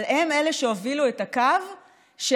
אבל הם אלה שהובילו את הקו שאמר: